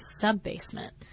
sub-basement